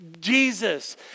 Jesus